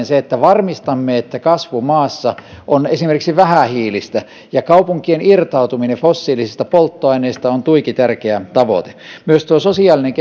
se että varmistamme että kasvu maassa on esimerkiksi vähähiilistä ja kaupunkien irtautuminen fossiilisista polttoaineista on tuiki tärkeä tavoite myös sosiaalinen